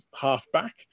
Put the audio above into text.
half-back